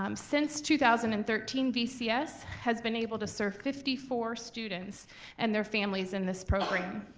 um since two thousand and thirteen, vcs has been able to serve fifty four students and their families in this program.